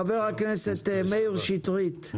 חבר הכנסת לשעבר מאיר שטרית,